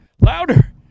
louder